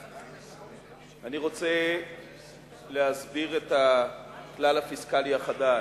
אני רוצה להסביר את הכלל הפיסקלי החדש.